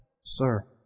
sir